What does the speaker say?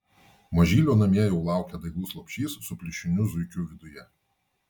mažylio namie jau laukia dailus lopšys su pliušiniu zuikiu viduje